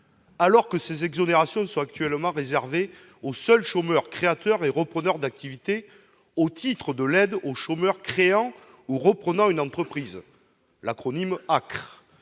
Alors que ces exonérations sont actuellement réservées aux seuls chômeurs créateurs et repreneurs d'activité au titre de l'aide au chômeur créant ou reprenant une entreprise- ACCRE